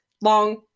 long